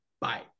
Bye